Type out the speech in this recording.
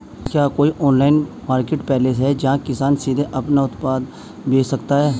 क्या कोई online marketplace है जहां किसान सीधे अपने उत्पाद बेच सकते हैं?